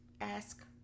ask